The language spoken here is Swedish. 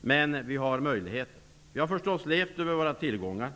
men vi har möjligheter. Vi har förstås levt över våra tillgångar.